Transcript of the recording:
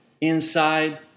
inside